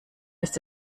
ist